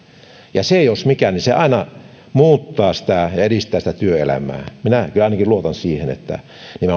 ja se jos mikä aina muuttaa ja edistää sitä työelämää minä kyllä ainakin luotan siihen että nimenomaan